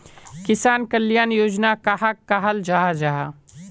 किसान कल्याण योजना कहाक कहाल जाहा जाहा?